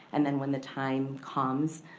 and then when the time comes